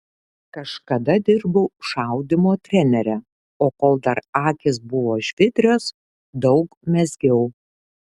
kažkada dirbau šaudymo trenere o kol dar akys buvo žvitrios daug mezgiau